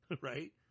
right